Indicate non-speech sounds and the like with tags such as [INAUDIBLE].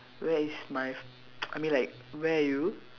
where is my [NOISE] I mean like where are you